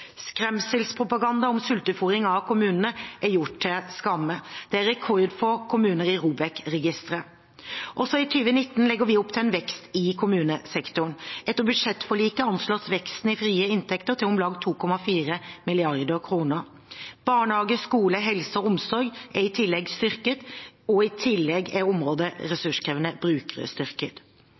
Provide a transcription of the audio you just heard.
Skremselspropaganda om sultefôring av kommunene er gjort til skamme. Det er rekordfå kommuner i ROBEK-registeret. Også i 2019 legger vi opp til en vekst i kommunesektoren. Etter budsjettforliket anslås veksten i frie inntekter til om lag 2,4 mrd. kr. Barnehage, skole, helse og omsorg er styrket, og i tillegg er området ressurskrevende